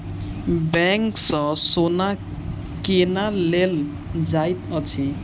bank सँ सोना केना लेल जाइत अछि